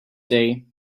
day